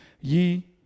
ye